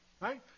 right